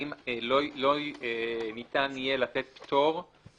האם לא ניתן יהיה לתת פטור אם